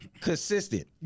consistent